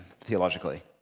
theologically